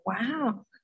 wow